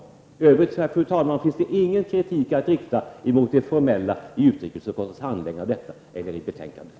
I övrigt finns det ingen kritik att rikta mot utskottets formella handläggning av ärendet.